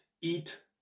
eat